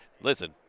Listen